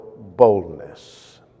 boldness